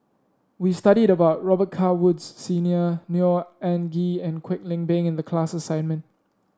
we studied about Robet Carr Woods Senior Neo Anngee and Kwek Leng Beng in the class assignment